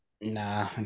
nah